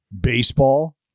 baseball